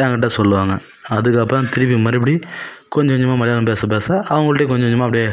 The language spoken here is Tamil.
எங்கிட்ட சொல்லுவாங்க அதுக்கு அப்புறோம் திருப்பி மறுபடி கொஞ்சம் கொஞ்சமாக மலையாளம் பேச பேச அவங்கள்ட்டியும் கொஞ்சம் கொஞ்சமாக அப்படியே